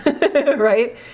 right